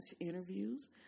interviews